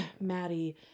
Maddie